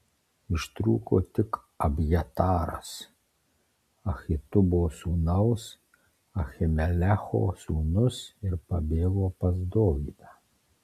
ištrūko tik abjataras ahitubo sūnaus ahimelecho sūnus ir pabėgo pas dovydą